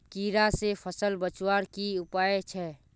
कीड़ा से फसल बचवार की उपाय छे?